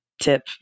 tip